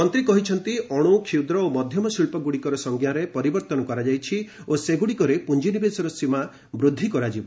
ମନ୍ତ୍ରୀ କହିଛନ୍ତି ଅଣୁ କ୍ଷୁଦ୍ର ଓ ମଧ୍ୟମ ଶିଳ୍ପଗୁଡ଼ିକର ସଂଜ୍ଞାରେ ପରିବର୍ତ୍ତନ କରାଯାଇଛି ଓ ସେଗୁଡ଼ିକରେ ପୁଞ୍ଜିନିବେଶର ସୀମା ବୃଦ୍ଧି କରାଯିବ